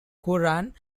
quran